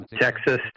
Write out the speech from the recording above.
Texas